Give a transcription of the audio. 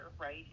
right